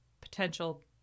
potential